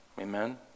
amen